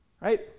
right